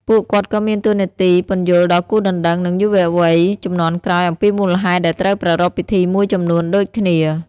ពួកគាត់ក៏មានតួនាទីពន្យល់ដល់គូដណ្ដឹង និង យុវវ័យជំនាន់ក្រោយអំពីមូលហេតុដែលត្រូវប្រារព្ធពិធីមួយចំនួនដូចគ្នា។